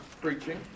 preaching